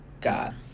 God